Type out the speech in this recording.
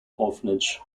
orphanage